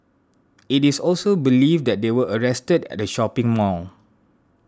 it is also believed that they were arrested at a shopping mall